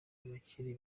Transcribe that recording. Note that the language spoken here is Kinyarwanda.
abakiri